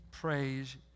Praise